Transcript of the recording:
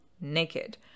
naked